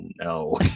no